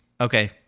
okay